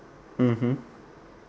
mmhmm